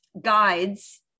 guides